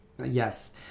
yes